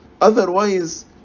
Otherwise